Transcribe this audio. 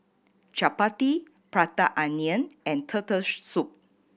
chappati Prata Onion and turtle soup